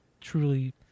truly